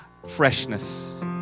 freshness